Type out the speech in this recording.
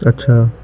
اچھا